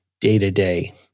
day-to-day